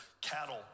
cattle